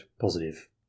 positive